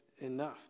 enough